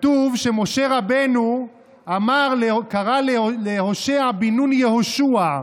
כתוב שמשה רבנו קרא להושע בן-נון, יהושע.